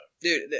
Dude